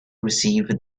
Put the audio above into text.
received